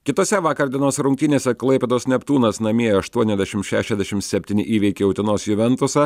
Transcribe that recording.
kitose vakar dienos rungtynėse klaipėdos neptūnas namie aštuoniasdešim šešiasdešim septyni įveikė utenos juventusą